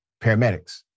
Paramedics